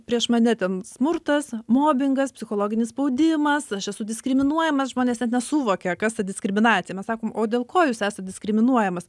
prieš mane ten smurtas mobingas psichologinis spaudimas aš esu diskriminuojamas žmonės net nesuvokia kas ta diskriminacija mes sakom o dėl ko jūs esat diskriminuojamas